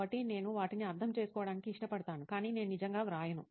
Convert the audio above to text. కాబట్టి నేను వాటిని అర్థం చేసుకోవడానికి ఇష్టపడతాను కానీ నేను నిజంగా వ్రాయను